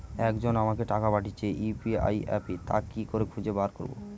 একজন আমাকে টাকা পাঠিয়েছে ইউ.পি.আই অ্যাপে তা কি করে খুঁজে বার করব?